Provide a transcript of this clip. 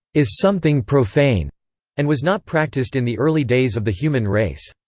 is something profane and was not practiced in the early days of the human race.